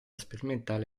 sperimentale